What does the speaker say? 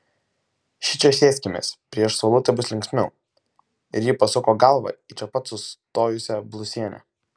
šičia sėskimės prieš saulutę bus linksmiau ir ji pasuko galvą į čia pat sustojusią blusienę